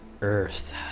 earth